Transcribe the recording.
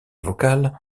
vocale